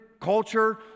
culture